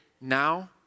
now